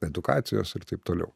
edukacijos ir taip toliau